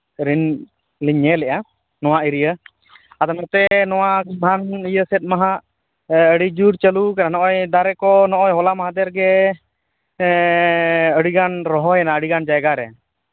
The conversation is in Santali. ᱨᱮᱧ ᱞᱤᱧ ᱧᱮᱞᱮᱫᱼᱟ ᱱᱚᱣᱟ ᱮᱨᱤᱭᱟ ᱟᱫᱚ ᱱᱚᱛᱮ ᱱᱚᱣᱟ ᱤᱭᱟᱹ ᱢᱟᱞᱵᱷᱩᱢᱤ ᱫᱚ ᱱᱟᱦᱟᱜ ᱟᱹᱰᱤ ᱡᱳᱨ ᱪᱟᱹᱞᱩ ᱟᱠᱟᱱᱟ ᱱᱚᱜᱼᱚᱭ ᱫᱟᱨᱮ ᱠᱚ ᱦᱚᱞᱟ ᱢᱟᱦᱫᱷᱮᱨ ᱜᱮ ᱟᱹᱰᱤ ᱜᱟᱱ ᱨᱚᱦᱚᱭᱮᱱᱟ ᱟᱹᱰᱤ ᱜᱟᱱ ᱡᱟᱭᱜᱟ ᱨᱮ